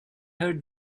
heard